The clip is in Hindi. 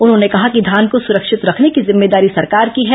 उन्होंने कहा कि धान को सुरक्षित रखने की जिम्मेदारी सरकार की है